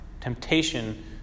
temptation